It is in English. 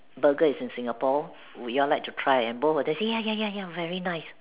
Burger is in Singapore would y'all like to try and both of them say ya ya ya ya very nice